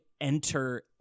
enter